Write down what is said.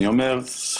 אני אומר,